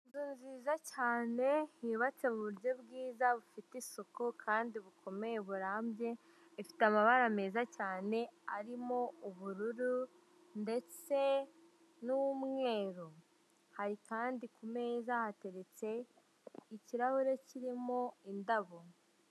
Inzu nziza cyane yubatse mu buryo bwiza bufite isuku kandi bukomeye burambye ifite amabara meza cyane arimo ubururu ndetse n'umweru kandi ku meza hateretse ikirahure kirimo indabo.